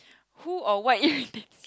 who or what you irritates